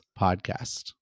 podcast